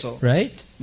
Right